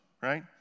right